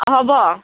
হ'ব